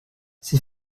sie